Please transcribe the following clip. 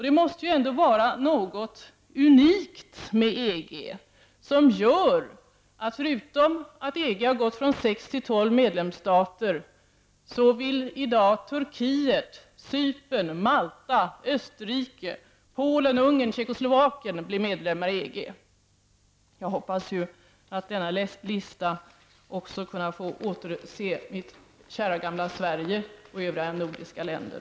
Det måste ändå vara något unikt med EG -- förutom att EG från att ha omfattat sex medlemsstater nu har blivit tolv -- som gör att Turkiet, Cypern, Malta, Österrike, Polen, Ungern och Tjeckoslovakien i dag vill bli medlemmar. Jag hoppas att på denna lista också kunna få se mitt kära gamla Sverige och övriga nordiska länder.